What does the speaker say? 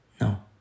no